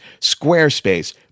Squarespace